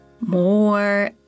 more